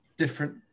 different